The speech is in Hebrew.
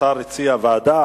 השר הציע ועדה,